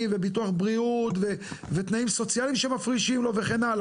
וביטוח בריאות ותנאים סוציאליים שמפרישים לו וכן הלאה,